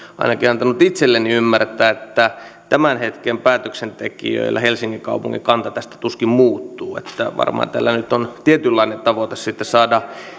ainakin olen antanut itseni ymmärtää että tämän hetken päätöksentekijöillä helsingin kaupungin kanta tästä tuskin muuttuu varmaan nyt on tietynlainen tavoite saada